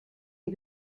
ihr